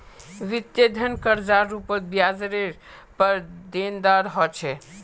वित्तीय धन कर्जार रूपत ब्याजरेर पर देनदार ह छे